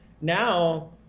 Now